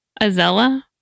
Azella